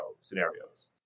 scenarios